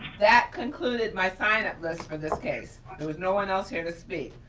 that concluded my signup list for this case. there was no one else here to speak.